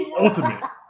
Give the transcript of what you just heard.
Ultimate